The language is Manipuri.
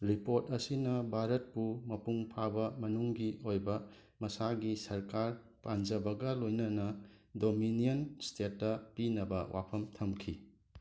ꯔꯤꯄꯣꯠ ꯑꯁꯤꯅ ꯕꯥꯔꯠꯄꯨ ꯃꯄꯨꯡ ꯐꯥꯕ ꯃꯅꯨꯡꯒꯤ ꯑꯣꯏꯕ ꯃꯁꯥꯒꯤ ꯁꯔꯀꯥꯔ ꯄꯥꯟꯖꯕꯒ ꯂꯣꯏꯅꯅ ꯗꯣꯃꯤꯅꯤꯌꯟ ꯁ꯭ꯇꯦꯠꯇ ꯄꯤꯅꯕ ꯋꯥꯐꯝ ꯊꯝꯈꯤ